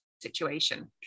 situation